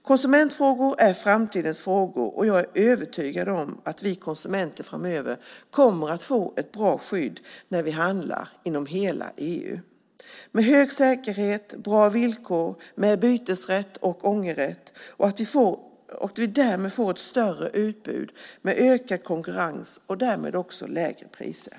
Konsumentfrågor är framtidens frågor, och jag är övertygad om att vi konsumenter framöver kommer att få ett bra skydd när vi handlar inom hela EU. Det handlar om hög säkerhet, bra villkor med bytesrätt och ångerrätt och att vi därmed får ett större utbud med ökad konkurrens och lägre priser.